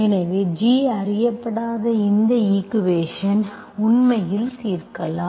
எனவே g அறியப்படாத இந்த ஈக்குவேஷன்ஸ் உண்மையில் தீர்க்கலாம்